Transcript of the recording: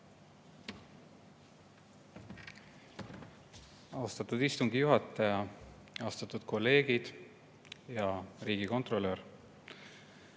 Austatud istungi juhataja! Austatud kolleegid! Hea riigikontrolör!